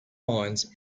mines